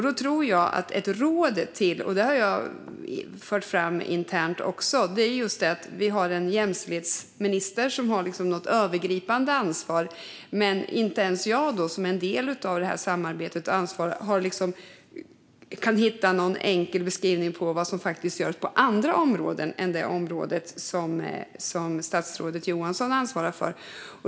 Då är ett råd, som jag också har fört fram internt, att jämställdhetsministern ska ta ett övergripande ansvar. Men inte ens jag, som är en del av det här samarbetet, kan hitta någon enkel beskrivning av vad som görs på andra områden än det område som statsrådet Johansson ansvarar för.